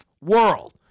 world